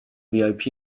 vip